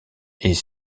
est